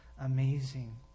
amazing